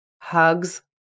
hugs